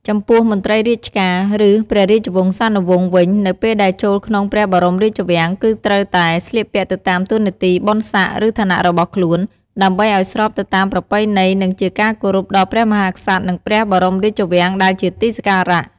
ចំពោះមន្រ្តីរាជការ ឬព្រះរាជវង្សានុវង្សវិញ នៅពេលដែលចូលក្នុងព្រះបរមរាជវាំងគឺត្រូវតែ ស្លៀកពាក់ទៅតាមតួនាទីបុណ្យស័ក្ដិ ឬឋានៈរបស់ខ្លួន ដើម្បីឲ្យស្របទៅតាមប្រពៃណីនិងជាការគោរពដល់ព្រះមហាក្សត្រនិងព្រះបរមរាជវាំងដែលជាទីសក្ការៈ។